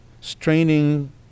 straining